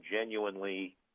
genuinely